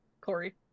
Corey